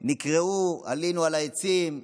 נקרעו, עלינו על העצים.